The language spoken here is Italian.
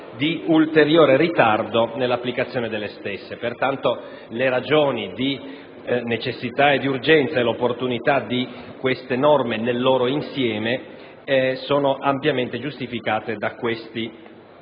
di ulteriore ritardo nell'applicazione delle stesse. Pertanto, le ragioni di necessità ed urgenza e l'opportunità di queste norme, nel loro insieme, sono ampiamente giustificate dagli elementi